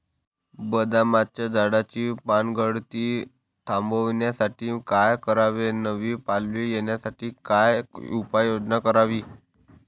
बदामाच्या झाडाची पानगळती थांबवण्यासाठी काय करावे? नवी पालवी येण्यासाठी काय उपाययोजना करावी?